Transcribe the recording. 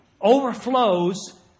overflows